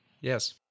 yes